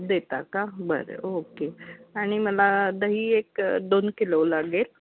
देता का बरं ओके आणि मला दही एक दोन किलो लागेल